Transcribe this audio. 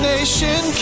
Nation